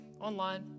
online